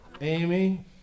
Amy